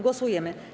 Głosujemy.